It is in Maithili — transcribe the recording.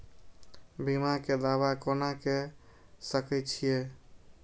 बीमा के दावा कोना के सके छिऐ?